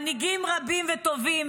מנהיגים רבים וטובים,